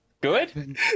Good